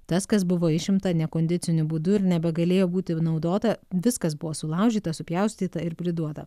tas kas buvo išimta nekondiciniu būdu ir nebegalėjo būti naudota viskas buvo sulaužyta supjaustyta ir priduoda